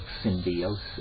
symbiosis